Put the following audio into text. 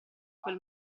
quel